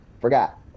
forgot